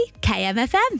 KMFM